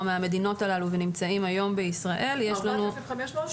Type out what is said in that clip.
מהמדינות הללו ונמצאים היום בישראל יש לנו